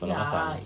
kalau pasang